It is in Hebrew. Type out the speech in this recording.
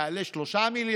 יעלה 3 מיליון,